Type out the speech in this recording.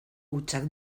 hutsak